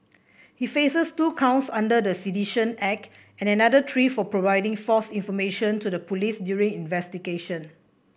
he faces two counts under the Sedition Act and another three for providing false information to the police during investigation